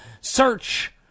search